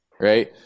right